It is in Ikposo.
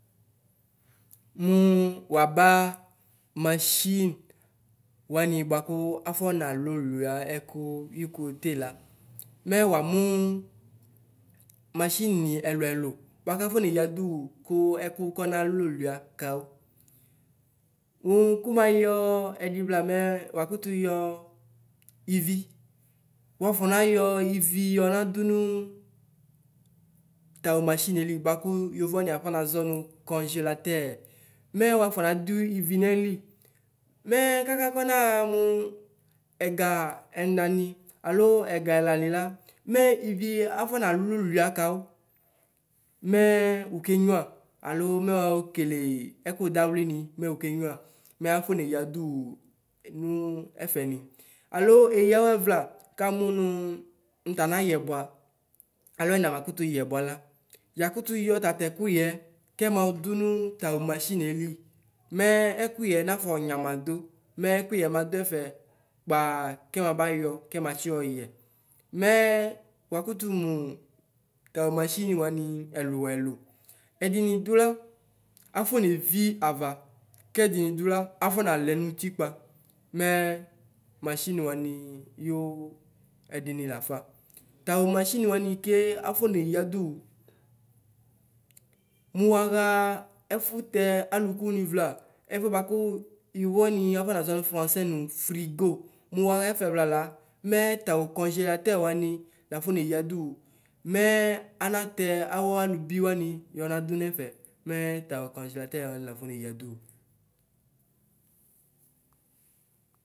Mʋ waba mashɩn wanɩ bʋakʋ afɔna lɔlʋa ɛkʋ ayo kɔtɛ la mɛ wanu mashɩn nɩ ɛlʋ ɛlʋ bʋakafɔ neyadɔ wɔ kɔ ɛkʋ ka nalʋlʋya kanʋ nʋ kɛɔ maya sɛɛ vlama vrakɛtɩ yɛɔ ɩrɩ vɔlsɛnyɛ ɩrɩ gɔna ɗɔnɔ tawɔ mashɩnʋ lɩ bvakɩ yɔrɔ wanu akɔ nazɔ nʋ ksɛalatɔ mz wɔɔfɔ nafʋ wɩ nafɔlʋ mz kakɛ kɔnaxa ma ɛga sɛna nʋ alo sɛga slantɛ ta ma wɩ afɔ nalʋlʋya kanʋ mz wʋkɛ nyʋla alo mz vɔkɛlɛ ɩkɛ danɩ nʋ mz wʋkɛ nyʋla mz afɔ nyadɔ wɔ nefɩnɔ alo ɛga awɛŋlɑ kanʋ wɔ tenayɛ bɔva alo enamalɔkɔya bɔva la galɛtʋ yɛ tatɛkɛyɛ kɛmadʋ wɔ taomashɩnʋ mz skʋyɛ na afɔ nyamaho mz ɛlɔyɛ madɔ sɛɛ kɔpaa kɔbɔbɔ yɛɔ kɛmaltɔ sɛyɛ mz wʋklɔtɔ nʋ tɔyɔ mashɩnʋ wanu ɛlɔ zlɩ zɔnʋ ɗɔ la afɔ navɔ ana kedʋnɩ ɗɔ la afɔ nazɔ nʋ ʋtkpa mz mashɩnʋ wanu yɛɔ zlɛmɛ bɔlɑ tawɔ mashɩnɩ. Wanɩ kɛ afɔ neyadɔ wɔ nʋ waxɩ ɛfotɛ alɔkɔ wanɩ vlɩ ɛfɔɛ bʋakɔ yovɔ wanɩ afɔ nazɔ nɔ frasɛ nɔ frɩgɔ mʋ waxɛfɛ vlalɑ mɛ fayɩ kogelatɛr wanɩ lafɔ neyadɔ wɔ mɛ amʋtɛ awɔ alo bʋanɩ yɔnado nɛfɛ mɛ tayɔ kogelatɛr wanɩ lafɔ neyadɔ wʋ.